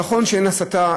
נכון שאין הסתה,